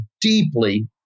deeply